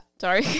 Sorry